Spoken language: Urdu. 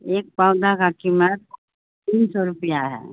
ایک پودا کا قیمت تین سو روپیہ ہے